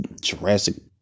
Jurassic